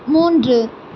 மூன்று